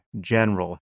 general